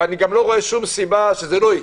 ואני גם לא רואה סיבה שזה לא יקרה.